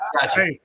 Gotcha